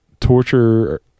torture